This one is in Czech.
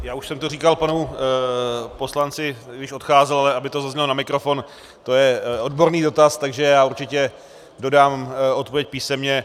Já už jsem to říkal panu poslanci, když odcházel, aby to zaznělo na mikrofon to je odborný dotaz, takže já určitě dodám odpověď písemně.